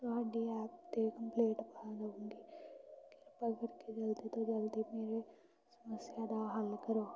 ਤੁਹਾਡੀ ਐਪ 'ਤੇ ਕੰਪਲੇਂਟ ਪਾ ਦਊਂਗੀ ਕਿਰਪਾ ਕਰਕੇ ਜਲਦੀ ਤੋਂ ਜਲਦੀ ਮੇਰੀ ਸਮੱਸਿਆ ਦਾ ਹੱਲ ਕਰੋ